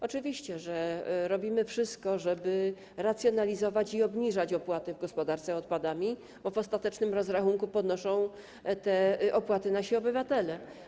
Oczywiście, że robimy wszystko, żeby racjonalizować i obniżać opłaty w gospodarce odpadami, bo w ostatecznym rozrachunku ponoszą te opłaty nasi obywatele.